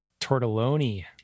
tortelloni